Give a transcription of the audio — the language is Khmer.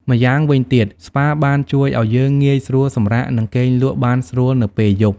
ម្យ៉ាងវិញទៀត ស្ប៉ាបានជួយឱ្យយើងងាយស្រួលសម្រាក និងគេងលក់បានស្រួលនៅពេលយប់។